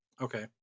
Okay